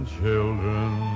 children